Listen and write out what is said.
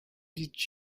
did